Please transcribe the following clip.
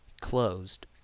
closed